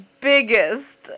biggest